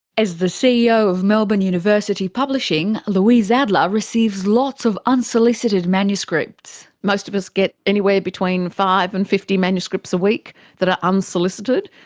as the ceo of melbourne university publishing, louise adler receives lots of unsolicited manuscripts. most of us get anywhere between five and fifty manuscripts a week that are unsolicited.